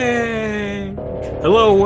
Hello